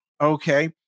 okay